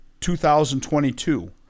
2022